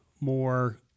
more